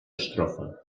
estrofa